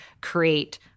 create –